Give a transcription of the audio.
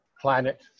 planet